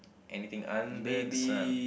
anything under the sun